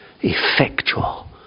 effectual